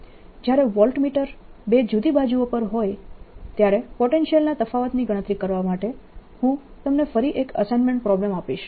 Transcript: જ્યારે વોલ્ટમીટર બે જુદી બાજુઓ પર હોય ત્યારે પોટેન્શિયલના તફાવતની ગણતરી કરવા માટે હું તમને ફરી એક અસાઈન્મેન્ટ પ્રોબ્લમ આપીશ